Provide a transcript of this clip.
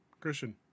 Christian